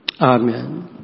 Amen